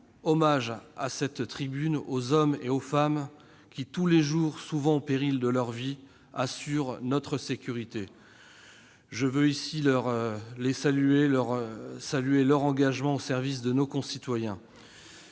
hommage, à cette tribune, aux hommes et aux femmes qui, tous les jours, souvent au péril de leur vie, veillent sur notre sécurité. Je salue leur engagement au service de nos concitoyens.